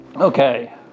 Okay